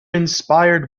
inspired